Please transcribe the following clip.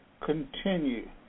continue